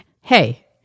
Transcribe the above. hey